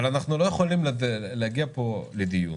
אבל אנחנו לא יכולים להגיע לפה לדיון